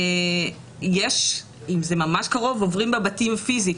אם זה ממש קרוב עוברים בבתים פיזית,